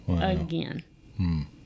again